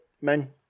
men